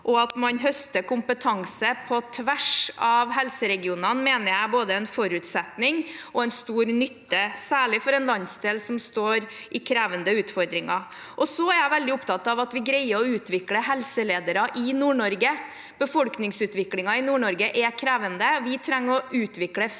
og at man høster kompetanse på tvers av helseregionene, mener jeg er både en forutsetning og til stor nytte, særlig for en landsdel som står i krevende utfordringer. Jeg er også veldig opptatt av at vi greier å utvikle helseledere i Nord-Norge. Befolkningsutviklingen i NordNorge er krevende. Vi trenger å utvikle framtidens